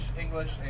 English